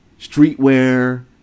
streetwear